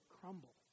crumble